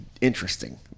interesting